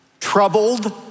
troubled